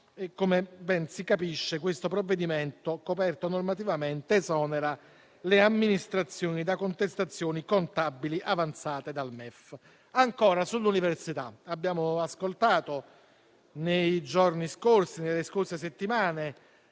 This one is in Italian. Come ben si capisce, questo provvedimento, coperto normativamente, esonera le amministrazioni da contestazioni contabili avanzate dal MEF. Sull'università, nei giorni scorsi, nelle scorse settimane